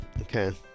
Okay